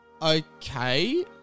Okay